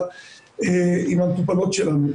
עם המטופלות שלנו.